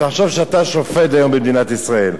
תחשוב שאתה שופט היום במדינת ישראל,